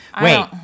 Wait